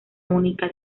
única